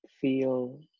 feel